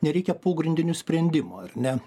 nereikia pogrindinių sprendimų ar ne